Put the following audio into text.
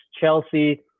chelsea